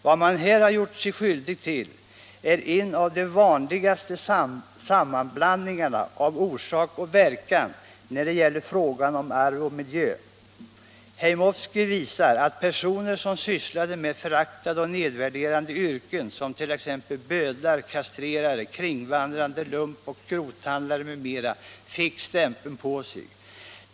Vad man här har gjort sig skyldig till är en av de vanligaste sammanblandningarna av orsak och verkan när det gäller frågan om arv och miljö. Heymowski visar att personer som sysslade med föraktade och nedvärderade yrken som bödlar, kastrerare, kringvandrande lumpoch skrothandlare m.fl. fick stämpeln på sig.